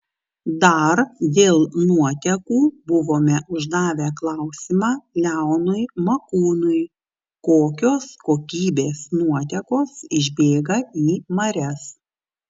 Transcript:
dar dėl nuotekų buvome uždavę klausimą leonui makūnui kokios kokybės nuotekos išbėga į marias